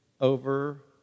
over